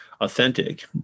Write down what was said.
authentic